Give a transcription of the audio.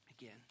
again